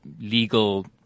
legal